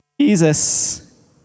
Jesus